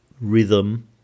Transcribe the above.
rhythm